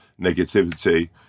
negativity